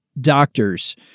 doctors